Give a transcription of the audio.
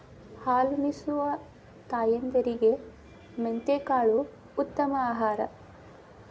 ಹಾಲುನಿಸುವ ತಾಯಂದಿರಿಗೆ ಮೆಂತೆಕಾಳು ಉತ್ತಮ ಆಹಾರ